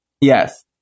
Yes